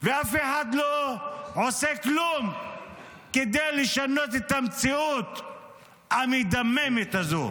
ואף אחד לא עושה כלום כדי לשנות זה המציאות המדממת הזו.